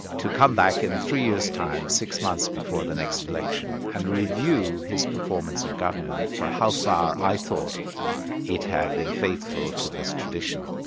to come back in three years time, six months before the next election, and review his performance in government for how far i thought it had been faithful to this tradition.